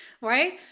right